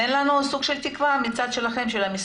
תן לנו סוג של תקווה מצד המשרד.